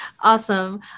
awesome